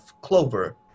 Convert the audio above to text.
clover